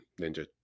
ninja